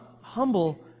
humble